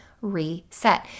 reset